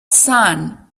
sun